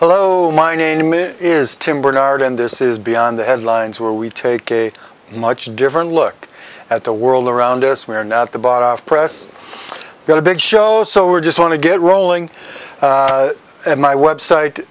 hello my name is tim barnard and this is beyond the headlines where we take a much different look at the world around us we are now at the bottom press got a big show so we're just want to get rolling and my website